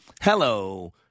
Hello